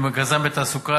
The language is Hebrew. ובמרכזם בתעסוקה,